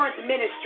ministry